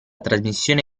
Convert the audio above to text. trasmissione